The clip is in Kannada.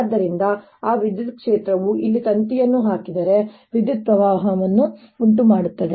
ಆದ್ದರಿಂದ ಆ ವಿದ್ಯುತ್ ಕ್ಷೇತ್ರವು ಇಲ್ಲಿ ತಂತಿಯನ್ನು ಹಾಕಿದರೆ ವಿದ್ಯುತ್ ಪ್ರವಾಹವನ್ನು ಉಂಟುಮಾಡುತ್ತದೆ